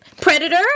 Predator